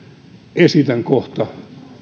esitän kohta